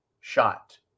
shot